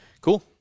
cool